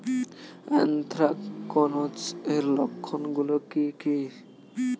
Anthracnose এর লক্ষণ গুলো কি কি?